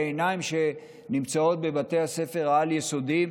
העיניים שנמצאות בבתי הספר העל-יסודיים,